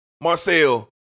Marcel